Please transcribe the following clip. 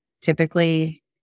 Typically